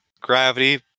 gravity